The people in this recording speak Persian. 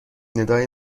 ندای